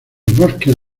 bosques